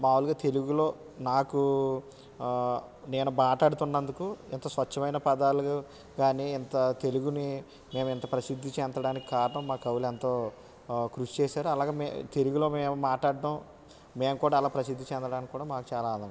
మామూలుగా తెలుగులో నాకు నేను మాట్లాడుతున్నందుకు ఇంత స్వచ్ఛమైన పదాలు కానీ ఇంత తెలుగుని మేము ఇంత ప్రసిద్ధి చెందడానికి కారణం కృషి చేసారు అలాగే తెలుగులో మేము మాట్లాడడం మేము కూడా అలా ప్రసిద్ధి చెందడానికి కూడా మాకు చాలా ఆనందంగా ఉంది